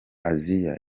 assia